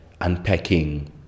unpacking